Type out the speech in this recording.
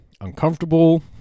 uncomfortable